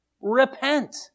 Repent